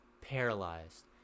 paralyzed